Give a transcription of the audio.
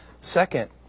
Second